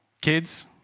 Kids